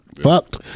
fucked